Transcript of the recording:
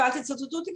ואל תצטטו אותי.